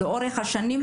לאורך השנים.